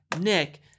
Nick